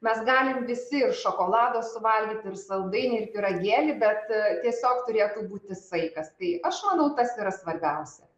mes galim visi ir šokolado suvalgyt ir saldainį ir pyragėlį bet tiesiog turėtų būti saikas tai aš manau tas yra svarbiausia